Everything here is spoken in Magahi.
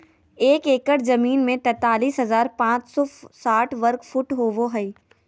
एक एकड़ जमीन में तैंतालीस हजार पांच सौ साठ वर्ग फुट होबो हइ